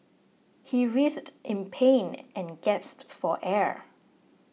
he writhed in pain and gasped for air